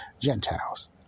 Gentiles